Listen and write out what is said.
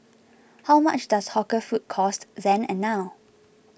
how much does hawker food cost then and now